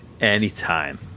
Anytime